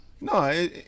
No